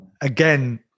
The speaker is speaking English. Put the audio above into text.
Again